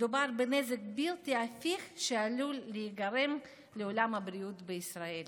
מדובר בנזק בלתי הפיך שעלול להיגרם לעולם הבריאות בישראל.